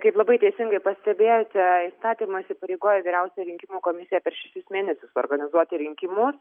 kaip labai teisingai pastebėjote įstatymas įpareigoja vyriausiąją rinkimų komisiją per šešis mėnesius suorganizuoti rinkimus